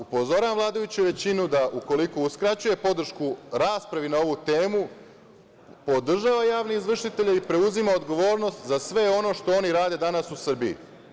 Upozoravam vladajuću većinu da ukoliko uskraćuju podršku raspravi na ovu temu, podržava javne izvršitelje i preuzima odgovornost za sve ono što oni rade danas u Srbiji.